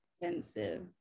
expensive